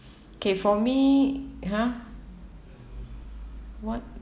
K for me !huh! what